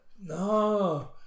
no